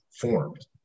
formed